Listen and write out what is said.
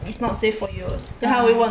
ah